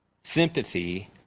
sympathy